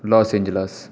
loss Angeles